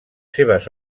seves